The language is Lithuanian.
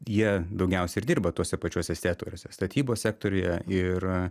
jie daugiausia ir dirba tuose pačiuose sektoriuose statybos sektoriuje ir